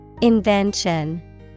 Invention